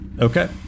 Okay